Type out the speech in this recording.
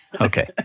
Okay